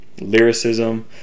lyricism